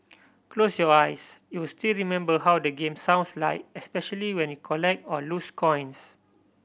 close your eyes you'll still remember how the game sounds like especially when you collect or lose coins